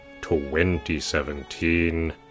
2017